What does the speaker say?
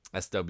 SW